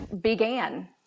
began